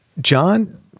John